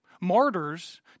martyrs